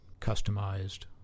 customized